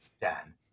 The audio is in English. Dan